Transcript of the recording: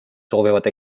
soovivad